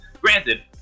Granted